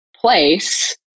place